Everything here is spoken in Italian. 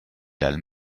dal